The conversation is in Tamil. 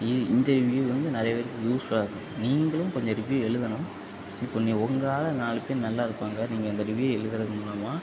இந்த ரிவியூ வந்து நிறைய பேருக்கு யூஸ்ஃபுல்லாக இருக்கும் நீங்களும் கொஞ்சம் ரிவியூ எழுதணும் இப்போ நீங்கள் உங்களால் நாலு பேர் நல்லா இருப்பாங்க நீங்கள் இந்த ரிவியூ எழுதுறது மூலமாக